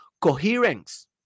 coherence